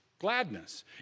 gladness